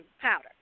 powder